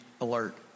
alert